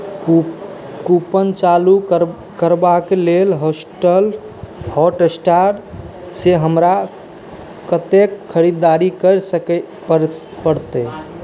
कू coupon चालू कर करबाक लेल हॉस्टल हॉटस्टारसँ हमरा कतेक खरीदारी करि सकै पड़तै